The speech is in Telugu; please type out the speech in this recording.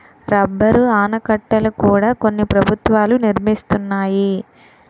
రబ్బరు ఆనకట్టల కూడా కొన్ని ప్రభుత్వాలు నిర్మిస్తున్నాయి